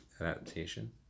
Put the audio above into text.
adaptation